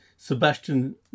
Sebastian